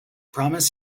promise